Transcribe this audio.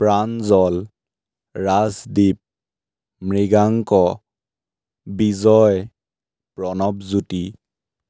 Pranjal Rajdeep Mriganka Bijoy Pranabjyoti